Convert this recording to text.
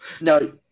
No